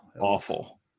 Awful